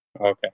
Okay